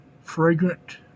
fragrant